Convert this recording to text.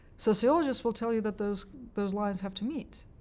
sociologists will tell you that those those lines have to meet.